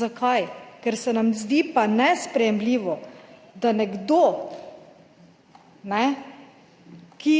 Zakaj? Ker se nam zdi pa nesprejemljivo, da nekdo, ki